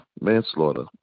manslaughter